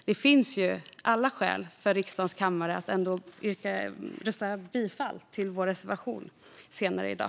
Det finns alltså alla skäl för riksdagens kammare att rösta bifall till vår reservation senare i dag.